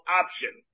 option